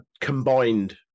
combined